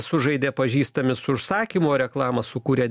sužaidė pažįstami su užsakymu o reklamą sukūrė